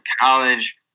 college